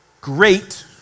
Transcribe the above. great